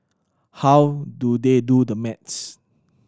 how do they do the maths